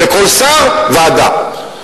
לכל שר, ועדה.